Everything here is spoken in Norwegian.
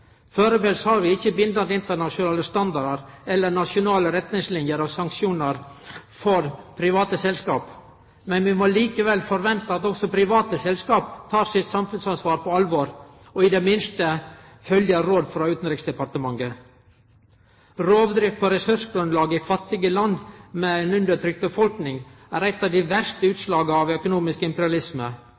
Førebels har vi ikkje bindande internasjonale standardar eller nasjonale retningsliner og sanksjonar for private selskap, men vi må likevel forvente at også private selskap tek sitt samfunnsansvar på alvor, og i det minste følgjer råd frå Utanriksdepartementet. Rovdrift på ressursgrunnlaget i fattige land med ein undertrykt befolkning er eit av dei verste utslaga av økonomisk